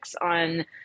on